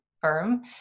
firm